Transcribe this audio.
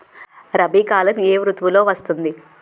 రబీ కాలం ఏ ఋతువులో వస్తుంది?